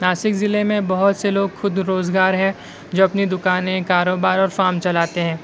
ناسک ضلع میں بہت سے لوگ خود روزگار ہے جو اپنی دوکانیں کاروبار اور فارم چلاتے ہیں